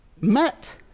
met